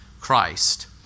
Christ